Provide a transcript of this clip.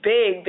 Big